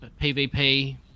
PvP